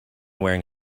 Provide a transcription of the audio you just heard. wearing